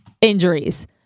injuries